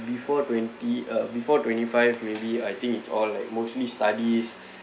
before twenty uh before twenty five maybe I think it's all like mostly studies